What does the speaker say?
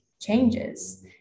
changes